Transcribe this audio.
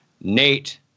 Nate